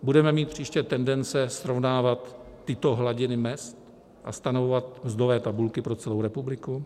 Budeme mít příště tendence srovnávat tyto hladiny mezd a stanovovat mzdové tabulky pro celou republiku?